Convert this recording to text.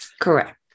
Correct